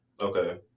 Okay